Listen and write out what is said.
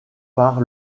par